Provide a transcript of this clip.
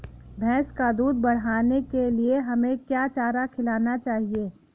भैंस का दूध बढ़ाने के लिए हमें क्या चारा खिलाना चाहिए?